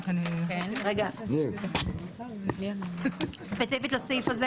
(ג)בעל רישיון לא יעסיק עובד